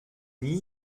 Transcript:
nie